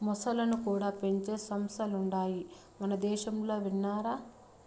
మొసల్లను కూడా పెంచే సంస్థలుండాయి మనదేశంలో విన్నారా